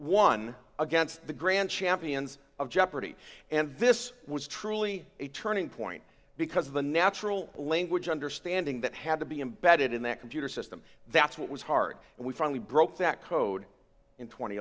won against the grand champions of jeopardy and this was truly a turning point because of the natural language understanding that had to be embedded in that computer system that's what was hard and we finally broke that code in tw